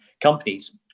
companies